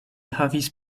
havis